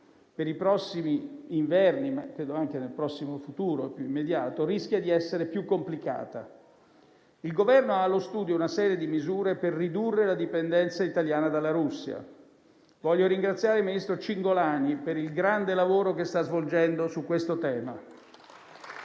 per i prossimi inverni, ma credo anche per il prossimo immediato futuro, rischia di essere più complicata. Il Governo ha allo studio una serie di misure per ridurre la dipendenza italiana dalla Russia. Voglio ringraziare il ministro Cingolani per il grande lavoro che sta svolgendo su questo tema.